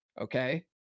okay